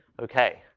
okay,